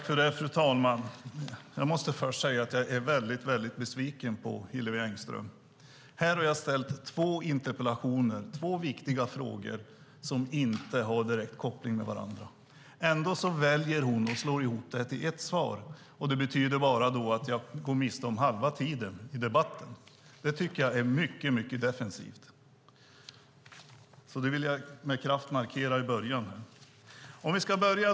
Fru talman! Jag måste först säga att jag är besviken på Hillevi Engström. Här har jag ställt två interpellationer med två viktiga frågor som inte har direkt koppling till varandra. Ändå väljer hon att slå ihop dem till ett svar. Det betyder bara att jag går miste om halva tiden i debatten. Det tycker jag är mycket defensivt. Jag vill med kraft markera detta så här i början av mitt inlägg.